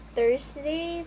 Thursday